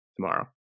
tomorrow